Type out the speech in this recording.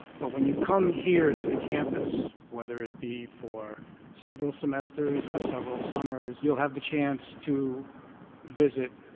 but when you come here to the campus, whether it be for several semesters or several summers, you'll have the chance to visit